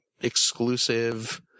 exclusive